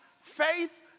faith